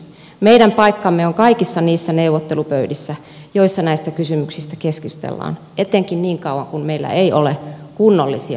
meidän paikkamme on kaikissa niissä neuvottelupöydissä joissa näistä kysymyksistä keskustellaan etenkin niin kauan kuin meillä ei ole kunnollisia vaihtoehtoja